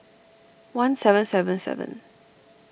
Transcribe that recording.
one seven seven seven